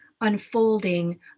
unfolding